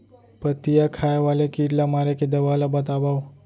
पत्तियां खाए वाले किट ला मारे के दवा ला बतावव?